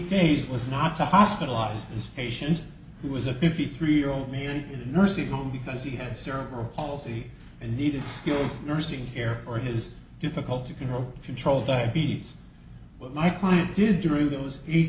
days was not to hospitalized his patients he was a fifty three year old man in the nursing home because he had cerebral palsy and needed skilled nursing care for his difficult to control control diabetes but my client did drew those